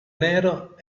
nero